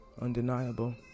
undeniable